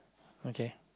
okay